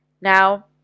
Now